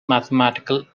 mathematical